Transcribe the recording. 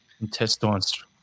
intestines